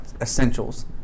essentials